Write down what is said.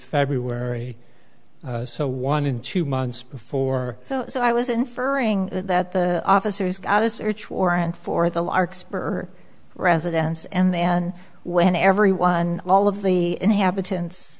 february so one in two months before so i was inferring that the officers got a search warrant for the larkspur residence and then when everyone all of the inhabitants